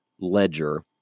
ledger